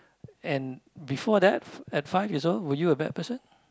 and before that at five years old were you a bad person